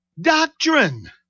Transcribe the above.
doctrine